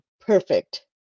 perfect